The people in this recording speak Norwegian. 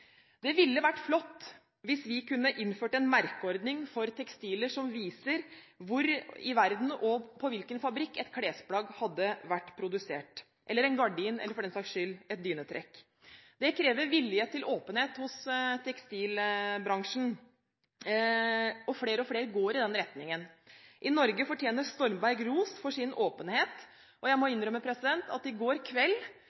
Det ville vært flott hvis vi kunne innført en merkeordning for tekstiler som viser hvor i verden og på hvilken fabrikk et klesplagg – eller en gardin eller et dynetrekk, for den saks skyld – er produsert. Det krever vilje til åpenhet hos tekstilbransjen, og flere og flere går i den retningen. I Norge fortjener Stormberg ros for sin åpenhet, og jeg må